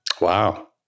Wow